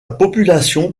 population